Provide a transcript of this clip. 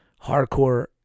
Hardcore